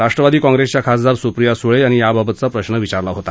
राष्ट्रवादी काँप्रेसच्या खासदार सुप्रिया सुळे यांनी याबाबतचा प्रश्न विचारला होता